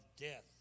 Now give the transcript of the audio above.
death